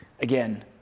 Again